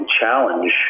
challenge